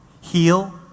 heal